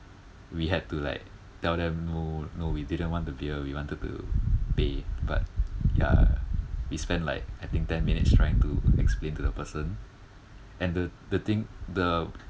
we had to like tell them no no we didn't want the beer we wanted to pay but ya we spent like I think ten minutes trying to explain to the person and the the thing the